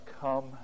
come